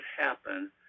happen